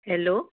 hello